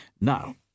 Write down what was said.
Now